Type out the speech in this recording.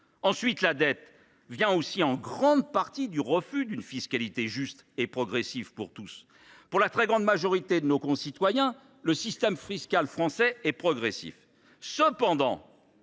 part, la dette vient aussi en grande partie du refus d’une fiscalité juste et progressive pour tous. Pour la très grande majorité de nos concitoyens, le système fiscal français est progressif. Toutefois,